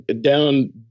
down